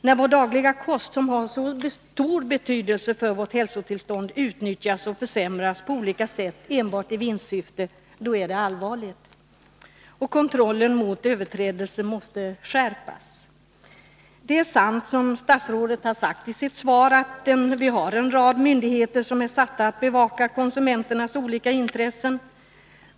När vår dagliga kost, som har så stor betydelse för vårt hälsotillstånd, utnyttjas och försämras på olika sätt enbart i vinstsyfte är det allvarligt, och kontrollen mot överträdelser måste skärpas. Det är sant, som statsrådet sagt i sitt svar, att vi har en rad myndigheter som är satta att bevaka konsumenternas olika intressen.